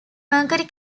mercury